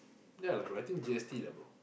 yea lah bro I think G_S_T lah bro